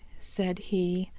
said he.